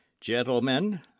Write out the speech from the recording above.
gentlemen